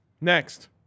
Next